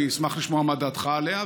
אני אשמח לשמוע מה דעתך עליה.